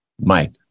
Mike